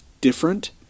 different